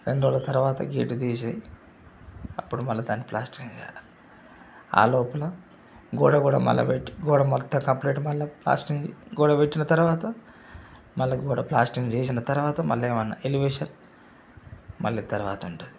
రెండు రోజుల తర్వాత గేటు తీసి అప్పుడు మళ్ళా దాన్ని ప్లాస్టరింగ్ చేయాలి ఆ లోపల గోడ కూడా మళ్ళా పెట్టి గోడ మొత్తం సెపెరేట్ మళ్ళా ప్లాస్టరింగ్ గోడ పెట్టిన తర్వాత మళ్ళా గోడ ప్లాస్టరింగ్ చేసిన తర్వాత మళ్ళీ ఏమైనా ఎలివేషన్ మళ్ళీ తర్వాత ఉంటుంది